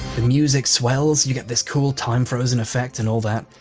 the music swells, you get this cool time frozen effect and all that.